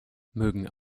mögen